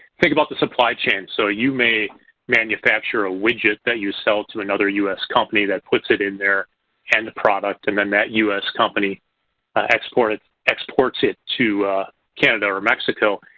think about the supply chain. so, you may manufacture a widget that you sell to another us company that puts it in their and end product and then that us company ah exports exports it to canada or mexico.